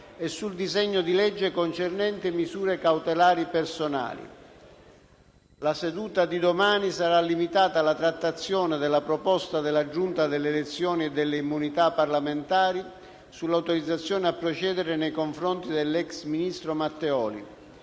e sul disegno di legge concernente misure cautelari personali. La seduta di domani sarà limitata alla trattazione della proposta della Giunta delle elezioni e delle immunità parlamentari sull'autorizzazione a procedere nei confronti dell'ex ministro Matteoli.